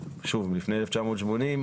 לפני 1980,